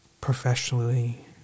professionally